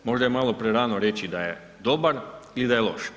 Možda je malo prerano reći da je dobar ili da je loš.